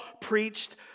preached